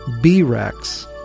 B-rex